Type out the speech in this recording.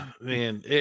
man